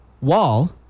Wall